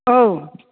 औ